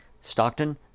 Stockton